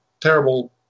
terrible